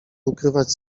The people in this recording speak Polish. ukrywać